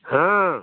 ହଁ